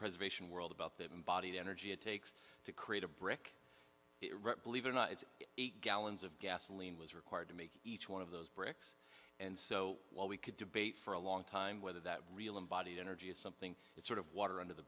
preservation world about that embodied energy it takes to create a brick believe it or not it's eight gallons of gasoline was required to make each one of those bricks and so while we could debate for a long time whether that real embodied energy is something that sort of water under the